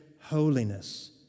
holiness